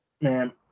Man